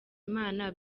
imana